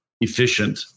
efficient